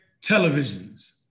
televisions